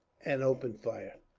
and opened fire.